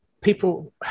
people